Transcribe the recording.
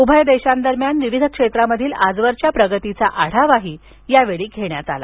उभय देशांदरम्यान विविध क्षेत्रामधील आजवरच्या प्रगतीचा आढावा यावेळी घेण्यात आला